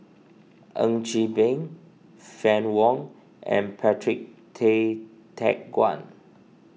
Ng Chee Meng Fann Wong and Patrick Tay Teck Guan